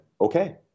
okay